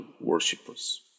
worshippers